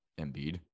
Embiid